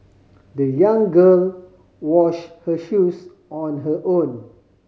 the young girl wash her shoes on her own